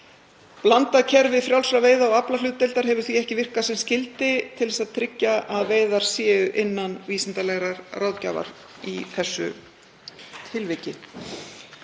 Blandað kerfi frjálsra veiða og aflahlutdeildar hefur því ekki virkað sem skyldi til að tryggja að veiðar séu innan vísindalegrar ráðgjafar í þessu tilviki.